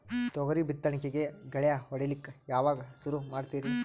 ತೊಗರಿ ಬಿತ್ತಣಿಕಿಗಿ ಗಳ್ಯಾ ಹೋಡಿಲಕ್ಕ ಯಾವಾಗ ಸುರು ಮಾಡತೀರಿ?